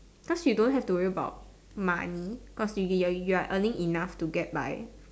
so she you don't have to worry about money cause you you you're you're earning enough to get by